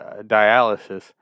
dialysis